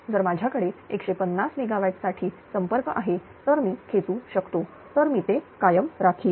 जर माझ्याकडे 150 MW साठी संपर्क आहे तर मी खेचू शकतो तर मी ते कायम राखील